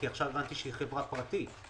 כי עכשיו הבנתי שהיא חברה פרטית.